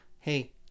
Hey